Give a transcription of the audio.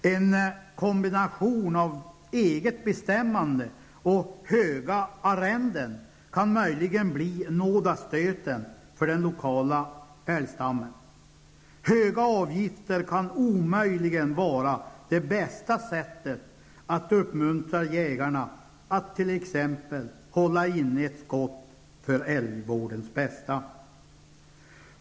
En kombination av eget bestämmande och höga arrenden kan möjligen blir nådastöten för den lokala älgstammen. Höga avgifter kan omöjligen vara det bästa sättet att uppmuntra jägarna att t.ex. hålla inne ett skott för älgvårdens bästa.